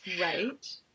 Right